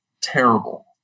terrible